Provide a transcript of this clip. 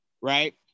right